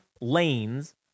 lanes